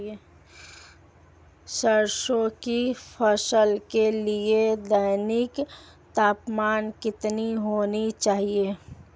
सरसों की फसल के लिए दैनिक तापमान कितना होना चाहिए?